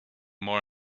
more